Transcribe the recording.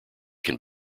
can